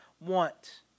want